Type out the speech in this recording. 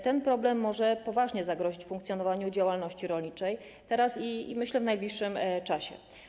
Ten problem może poważnie zagrozić funkcjonowaniu działalności rolniczej teraz i, myślę, w najbliższym czasie.